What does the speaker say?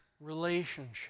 relationship